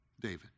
David